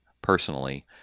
personally